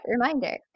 reminder